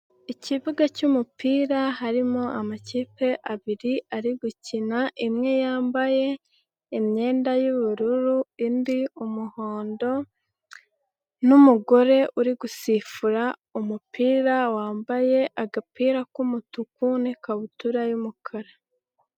Ikibuga cy'umupira harimo amakipe abiri ari gukina, imwe yambaye imyenda y'ubururu indi umuhondo n'umugore uri gusifura umupira, wambaye agapira k'umutuku n'ikabutura y'umukara.